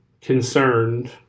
concerned